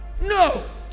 No